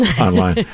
online